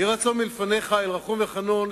יהי רצון מלפניך, אל רחום וחנון,